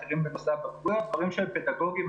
האם אתם מתכוונים לתקצב למורים שעות תגבור כדי